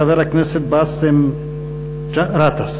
חבר הכנסת באסם גטאס.